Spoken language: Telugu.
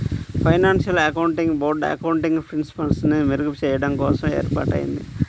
ఫైనాన్షియల్ అకౌంటింగ్ బోర్డ్ అకౌంటింగ్ ప్రిన్సిపల్స్ని మెరుగుచెయ్యడం కోసం ఏర్పాటయ్యింది